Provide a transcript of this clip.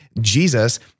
Jesus